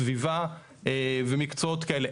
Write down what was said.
סביבה ומקצועות כאלה.